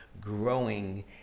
growing